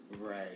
Right